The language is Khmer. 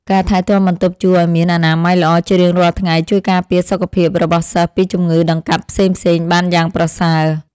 ការថែទាំបន្ទប់ជួលឱ្យមានអនាម័យល្អជារៀងរាល់ថ្ងៃជួយការពារសុខភាពរបស់សិស្សពីជំងឺដង្កាត់ផ្សេងៗបានយ៉ាងប្រសើរ។